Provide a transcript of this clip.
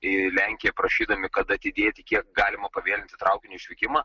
į lenkiją prašydami kad atidėti kiek galima pavėlinti traukinio išvykimą